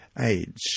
age